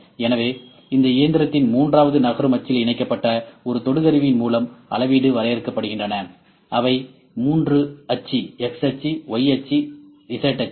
எனவே இந்த இயந்திரத்தின் மூன்றாவது நகரும் அச்சில் இணைக்கப்பட்ட ஒரு தொடு கருவியின் மூலம் அளவீடுகள் வரையறுக்கப்படுகின்றன அவை மூன்று அச்சு x அச்சு y அச்சு மற்றும் z அச்சு